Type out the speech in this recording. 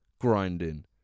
grinding